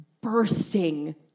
bursting